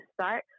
start